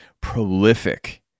prolific